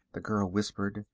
the girl whispered.